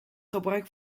gebruik